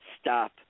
stop